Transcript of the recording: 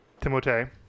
Timote